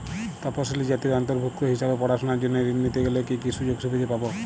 তফসিলি জাতির অন্তর্ভুক্ত হিসাবে পড়াশুনার জন্য ঋণ নিতে গেলে কী কী সুযোগ সুবিধে পাব?